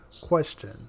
question